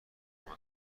مردم